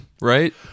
Right